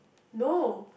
no